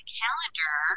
calendar